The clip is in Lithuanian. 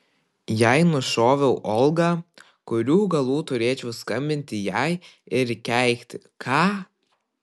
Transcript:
jei nušoviau olgą kurių galų turėčiau skambinti jai ir keikti ką